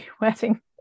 wedding